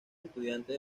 estudiantes